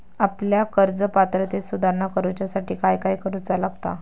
आपल्या कर्ज पात्रतेत सुधारणा करुच्यासाठी काय काय करूचा लागता?